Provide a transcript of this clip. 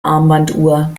armbanduhr